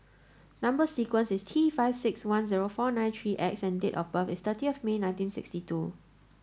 number sequence is T five six one zero four nine three X and date of birth is thirtieth May nineteen sixty two